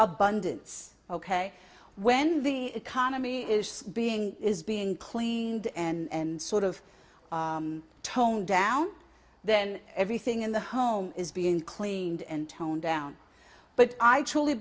abundance ok when the economy is being is being cleaned and sort of toned down then everything in the home is being cleaned and toned down but i truly